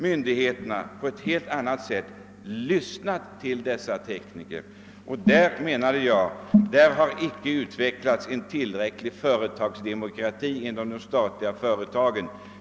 Myndigheterna bör på ett helt annat sätt än tidigare lyssna till teknikerna på området. Jag menar att företagsdemokratin inte är tillräckligt utvecklad inom de statliga företagen.